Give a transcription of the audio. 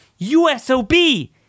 USOB